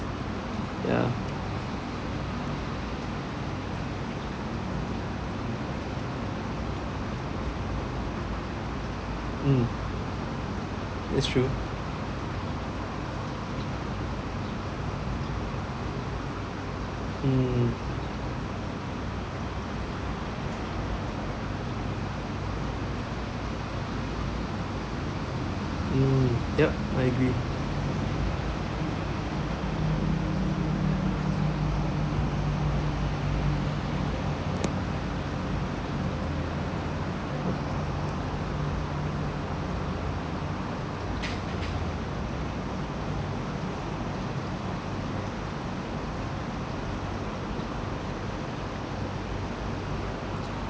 ya mm that's true mm mm yup I agree